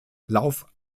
lauf